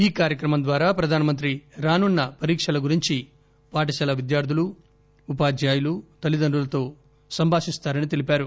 ఈ కార్యక్రమం ద్వారా ప్రధాన మంత్రి రానున్న పరీక్షల గురించి పాఠశాల విద్యార్థులు ఉపాధాయులు తల్లిదండ్రులతో సంభాషిస్తారని తెలిపారు